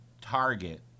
target